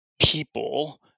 people